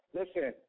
listen